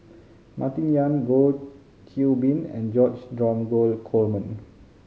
Martin Yan Goh Qiu Bin and George Dromgold Coleman